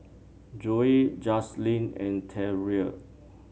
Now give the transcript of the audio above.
Zoe Jaslene and Terell